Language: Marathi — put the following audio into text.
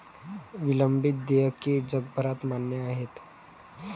विलंबित देयके जगभरात मान्य आहेत